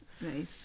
Nice